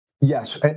Yes